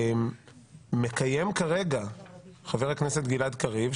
מקיים כרגע חבר הכנסת גלעד קריב,